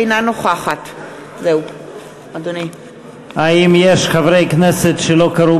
אינה נוכחת האם יש חברי כנסת שלא קראו